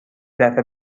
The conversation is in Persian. دفعه